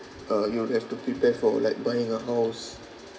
uh you'll have to prepare for like buying a house